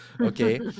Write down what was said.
okay